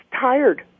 tired